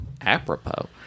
Apropos